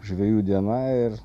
žvejų diena ir